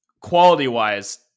Quality-wise